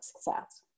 success